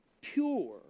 pure